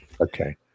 Okay